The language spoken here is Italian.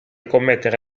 commettere